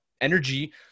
energy